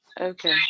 Okay